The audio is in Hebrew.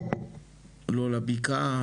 לא לבקעה,